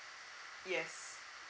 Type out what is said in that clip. yes